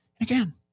again